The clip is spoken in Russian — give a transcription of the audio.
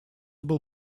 был